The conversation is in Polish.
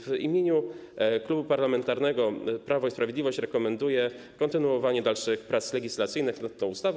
W imieniu Klubu Parlamentarnego Prawo i Sprawiedliwość rekomenduję kontynuowanie prac legislacyjnych nad tą ustawą.